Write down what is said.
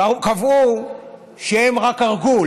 וקבעו שהם רק הרגו.